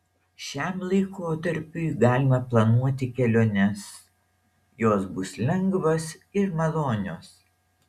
šiam laikotarpiui galima planuoti keliones jos bus lengvos ir malonios